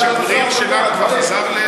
השגריר שלנו כבר חזר?